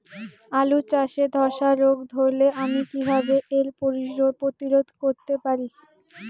আলু চাষে ধসা রোগ ধরলে আমি কীভাবে এর প্রতিরোধ করতে পারি?